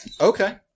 Okay